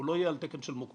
הוא לא יהיה על תקן של מוקפא,